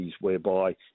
whereby